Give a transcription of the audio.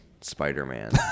Spider-Man